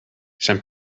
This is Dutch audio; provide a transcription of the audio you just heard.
zijn